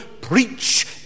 preach